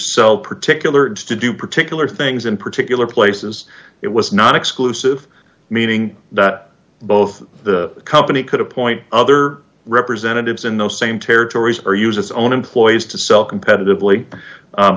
so particular to do particular things in particular places it was not exclusive meaning that both the company could appoint other representatives in the same territories or use its own employees to sell competitively